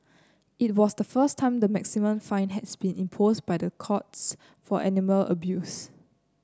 it was the first time the maximum fine has been imposed by the courts for animal abuse